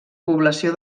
població